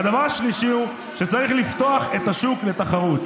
והדבר השלישי הוא שצריך לפתוח את השוק לתחרות,